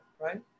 right